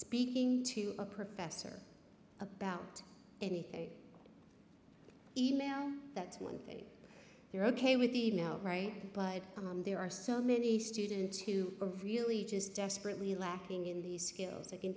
speaking to a professor about anything email that's one thing you're ok with the e mail right but there are so many students who are really just desperately lacking in these skills i can